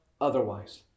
otherwise